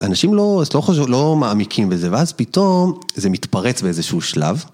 אנשים לא מעמיקים בזה, ואז פתאום זה מתפרץ באיזשהו שלב.